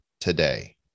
today